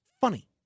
funny